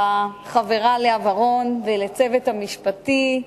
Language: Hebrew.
החברה לאה ורון, ולצוות המשפטי,